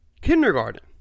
Kindergarten